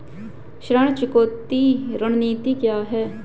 ऋण चुकौती रणनीति क्या है?